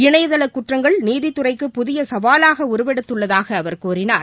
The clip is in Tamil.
இணையதள குற்றங்கள் நீதித்துறைக்கு புதிய சவாவாக உருவெடுத்துள்ளதாக அவர் கூறினார்